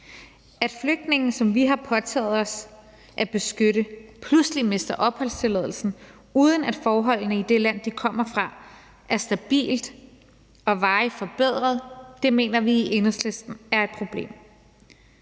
At flygtninge, som vi har påtaget os at beskytte, pludselig mister opholdstilladelsen, uden at forholdene i det land, de kommer fra, er stabilt og varigt forbedret, mener vi i Enhedslisten er et problem.